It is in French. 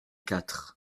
quatre